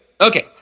Okay